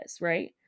right